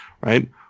right